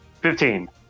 Fifteen